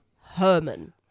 Herman